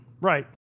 Right